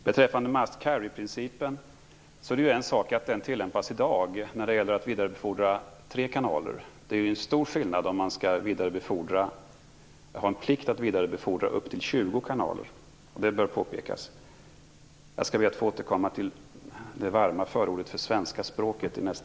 Det är en sak att must carry-principen tillämpas i dag när det gäller att vidarebefordra tre kanaler, men det är en stor skillnad om det skall vara en plikt att vidarebefordra uppemot 20 kanaler. Detta bör påpekas. Jag ber att i kommande replik få återkomma till det varma förordet för det svenska språket.